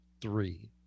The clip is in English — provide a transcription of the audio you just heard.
three